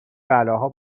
بلاها